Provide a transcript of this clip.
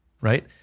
right